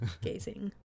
Gazing